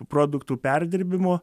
produktų perdirbimo